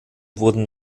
wurden